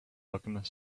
alchemist